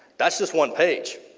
that's just one page.